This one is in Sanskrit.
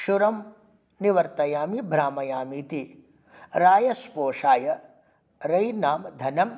क्षुरं निवर्त्तयामि भ्रामयामि इति रायस्पोषाय रयिणां धनं